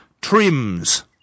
trims